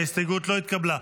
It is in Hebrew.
ההסתייגות לא התקבלה.